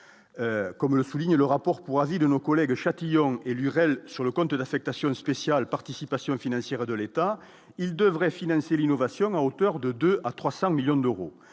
comme le souligne le rapport pour avis de nos collègues de Châtillon élu réelle sur le compte d'affectation spéciale participation financière de l'État, il devrait financer l'innovation à hauteur de 2 à 300 millions d'euros,